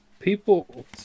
People